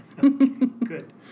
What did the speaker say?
good